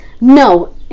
No